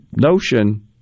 notion